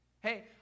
Hey